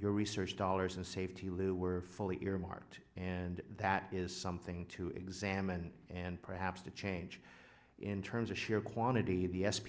your research dollars and safety lou were fully earmarked and that is something to examine and perhaps to change in terms of sheer quantity the s